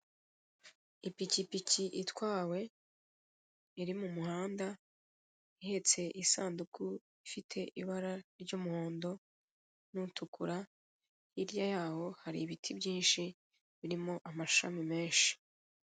Ipikipiki itwawe iri mu muhanda ihetse isanduku ifite ibara ry'umuhondo n'utukura, hirya yaho hari ibiti byinshi birimo amashami menshi.